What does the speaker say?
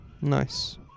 nice